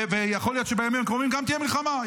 ויכול להיות שבימים הקרובים גם תהיה מלחמה,